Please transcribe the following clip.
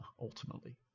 ultimately